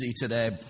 today